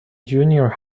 junior